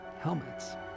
helmets